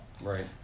right